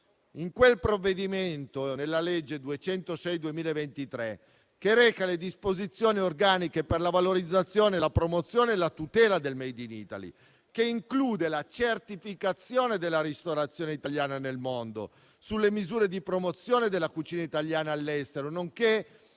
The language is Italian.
in quel provvedimento, la legge n. 206 del 2023, recante disposizioni organiche per la valorizzazione, la promozione e la tutela del *made in Italy*, che include la certificazione della ristorazione italiana nel mondo, sulle misure di promozione della cucina italiana all'estero, nonché